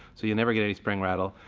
so you never get any spring rattle.